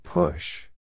Push